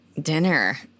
dinner